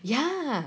yeah